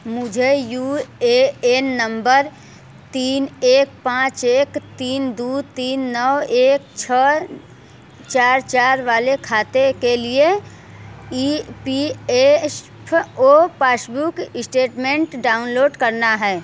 मुझे U A N number तीन एक पाँच एक तीन दो तीन नौ एक छः चार चार वाले खाते के लिए E P F O passbook statement download करना है